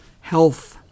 health